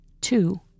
Two